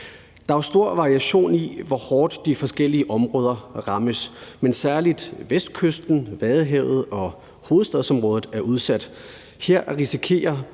Der er stor variation i, hvor hårdt de forskellige områder rammes, men særlig Vestkysten, Vadehavet og hovedstadsområdet er udsat. Her risikerer